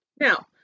Now